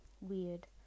weird